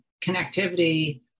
connectivity